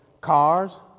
cars